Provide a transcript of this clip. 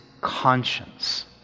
conscience